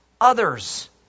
others